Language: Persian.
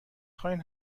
خواین